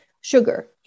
sugar